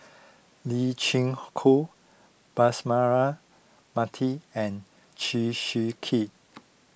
Lee Chin Koon Bus Mara Mathi and Chew Swee Kee